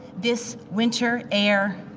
this winter air